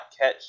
catch